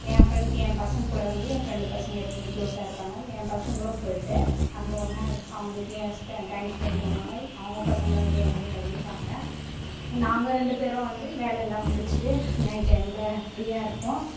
என் friend என் பசங்கள்கூட வந்து என் ஃப்ரெண்டு பசங்க எப்போவுமே க்ளோஸாக இருப்பாங்க என் பசங்களும் போயிவிட்டு அங்கே ஒன்னாக இருப் அவங்க வீட்லையே ஸ்பென்ட் டைம் ஸ்பென்ட் பண்ணுவாங்க அவங்க பசங்களும் வந்து எங்கள் வீட்டை இருப்பாங்க நாங்கள் ரெண்டு பேரும் வந்து வேலையெல்லாம் முடிச்சிவிட்டு நைட் டைம்மில் ஃப்ரீயாக இருப்போம்